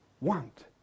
want